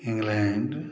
England